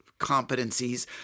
competencies